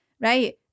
right